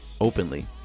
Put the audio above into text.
openly